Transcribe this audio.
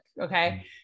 Okay